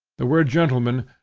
the word gentleman,